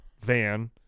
van